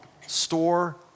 store